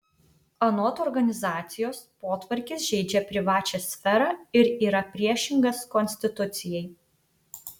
anot organizacijos potvarkis žeidžia privačią sferą ir yra priešingas konstitucijai